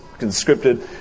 conscripted